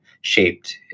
shaped